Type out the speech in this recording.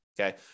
okay